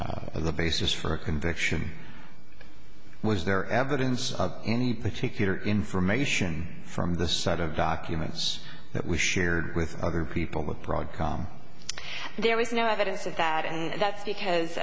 as the basis for a conviction was there evidence any particular information from this side of documents that we shared with other people with broadcom there was no evidence of that and that's because